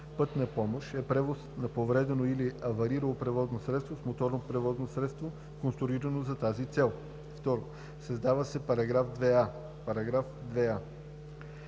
„Пътна помощ“ е превоз на повредено или аварирало превозно средство с моторно превозно средство, конструирано за тази цел.“ 2. Създава се § 2а: „§ 2а.